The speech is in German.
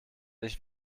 nicht